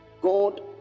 God